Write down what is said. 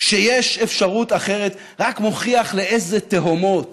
שיש אפשרות אחרת, רק מוכיח לאיזה תהומות